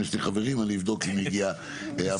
יש לי חברים, אני אבדוק אם הגיעה הפנייה.